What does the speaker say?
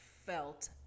felt